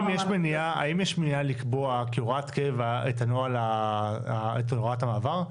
האם יש מניעה לקבוע כהוראת קבע את הוראת המעבר?